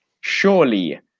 surely